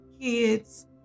Kids